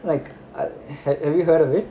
like I had have you heard of it